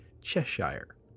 Cheshire